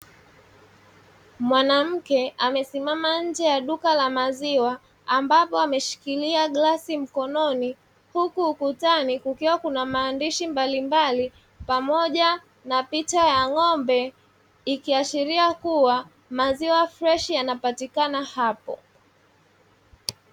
Mwanamke amesimama nje ya duka la maziwa ambapo ameshikilia glasi mkononi, huku ukutani kukiwa kuna maandishi mbalimbali pamoja na picha ya ng'ombe ikiashiria kuwa maziwa freshi yanapatikana hapo.